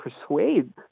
persuade